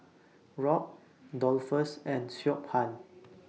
Rob Dolphus and Siobhan